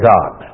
God